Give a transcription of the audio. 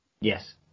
Yes